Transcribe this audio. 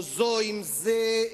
או זו עם זה,